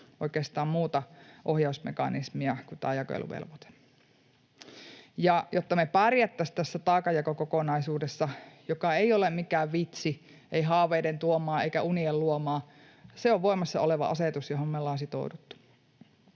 oikeastaan muuta ohjausmekanismia kuin tämä jakeluvelvoite. Jotta me pärjättäisiin tässä taakanjakokokonaisuudessa — joka ei ole mikään vitsi, ei haaveiden tuomaa eikä unien luomaa, se on voimassa oleva asetus, johon me ollaan sitouduttu.